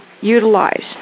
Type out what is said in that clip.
utilize